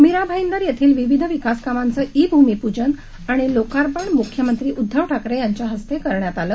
मीरा भाईदर येथील विविध विकासकामांचे ई भूमिपूजन आणि लोकार्पण मुख्यमंत्री उध्दव ठाकरे यांच्या हस्ते करण्यात आले